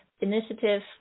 initiative